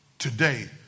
Today